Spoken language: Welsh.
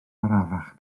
arafach